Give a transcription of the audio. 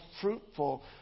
fruitful